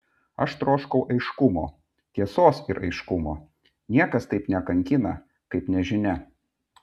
aš troškau aiškumo tiesos ir aiškumo niekas taip nekankina kaip nežinia